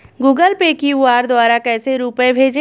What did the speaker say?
Google Pay QR द्वारा कैसे रूपए भेजें?